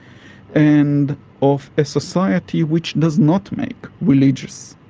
and of a society which does not make religious,